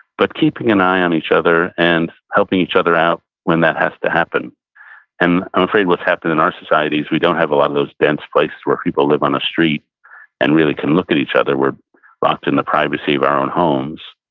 but keeping an eye on each other and helping each other out when that has to happen and i'm afraid what's happened in our society is we don't have a lot of those dense places where people live on the street and really can look at each other. we're locked in the privacy of our own homes.